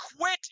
quit